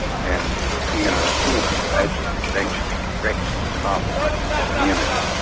and the immuno-stimulant or adjuvant that actually directs the pathway of immunity.